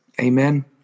Amen